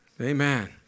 Amen